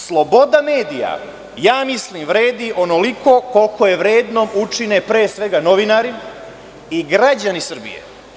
Sloboda medija vredi onoliko koliko je vrednom učine pre svega novinari i građani Srbije.